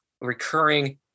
recurring